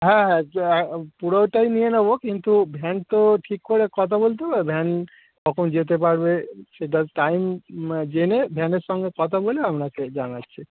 হ্যাঁ হ্যাঁ পুরোটাই নিয়ে নেব কিন্তু ভ্যান তো ঠিক করে কথা বলতে হবে ভ্যান কখন যেতে পারবে সেটা টাইম জেনে ভ্যানের সঙ্গে কথা বলে আপনাকে জানাচ্ছি